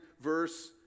verse